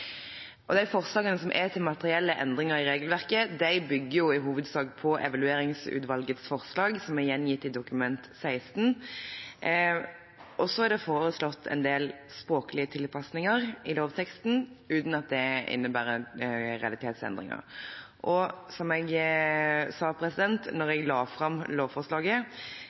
i EOS-kontrolloven. Forslagene til materielle endringer i regelverket bygger i hovedsak på evalueringsutvalgets forslag, som er gjengitt i Dokument 16 for 2015–2016. Det er foreslått en del språklige tilpassinger i lovteksten, uten at det innebærer realitetsendringer. Og som jeg sa da jeg la fram lovforslaget: